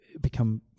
become